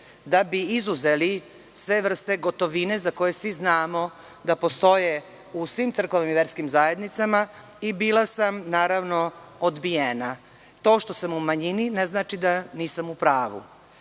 da bi izuzeli sve vrste gotovine za koje svi znamo da postoje u svim crkvenim i verskim zajednicama i bila sam, naravno, odbijena. To što sam u manjini, ne znači da nisam u pravu.